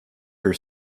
her